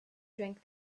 drink